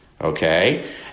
Okay